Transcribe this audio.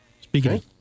Speaking